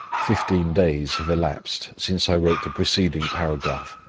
fifteen days have elapsed since i wrote the preceding paragraph.